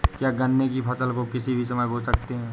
क्या गन्ने की फसल को किसी भी समय बो सकते हैं?